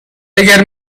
اگر